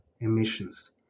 emissions